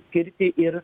skirti ir